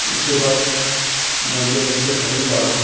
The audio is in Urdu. اس کے بعد میں جو ہے اس کے قریب بڑھا